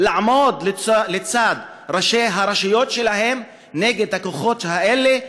לעמוד לצד ראשי הרשויות שלהם נגד הכוחות האלה,